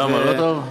למה, לא טוב?